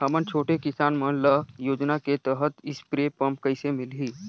हमन छोटे किसान मन ल योजना के तहत स्प्रे पम्प कइसे मिलही?